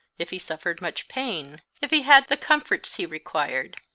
if he suffered much pain, if he had the comforts he required,